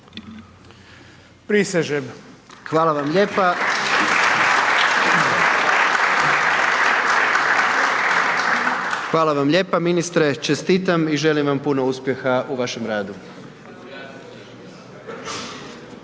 (HDZ)** Hvala vam lijepa. /Pljesak./ hvala vam lijepa. Ministre, čestitam i želim vam puno uspjeha u vašem radu.